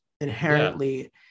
inherently